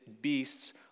beasts